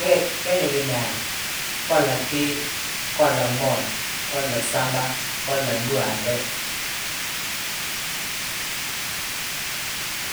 Ge ge ñóbi ndaani, golla gihiiy, golla gmoon, golla gsamba, golla gdúhaanŧe,